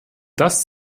das